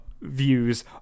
views